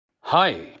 Hi